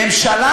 ממשלה